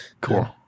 Cool